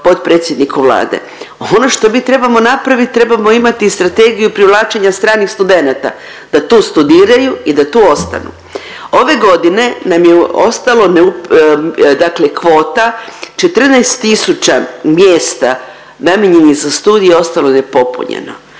potpredsjedniku Vlade. Ono što mi trebamo napraviti trebamo imati strategiju privlačenja stranih studenata, da tu studiraju i da tu ostanu. Ove godine nam je ostalo neup… dakle kvota 14 tisuća mjesta namijenjenih za studij je ostalo nepopunjeno.